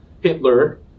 Hitler